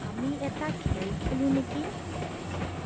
আমি এটা খেল খেলো নেকি